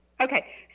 Okay